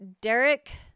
Derek